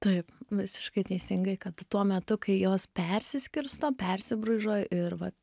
taip visiškai teisingai kad tuo metu kai jos persiskirsto persibraižo ir vat